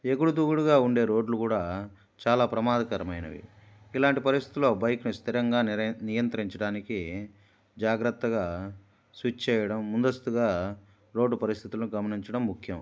ఎగుడుదిగుడుగా ఉండే రోడ్లు కూడా చాలా ప్రమాదకరమైనవి ఇలాంటి పరిస్థిలో బైక్ని స్థిరంగా నిర నియంత్రించడానికి జాగ్రత్తగా స్విచ్ చేయడం ముందస్తుగా రోడ్ పరిస్థితులను గమనించడం ముఖ్యం